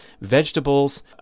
vegetables